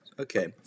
Okay